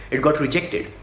it got rejected